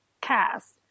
cast